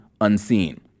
unseen